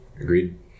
Agreed